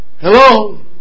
Hello